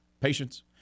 Patience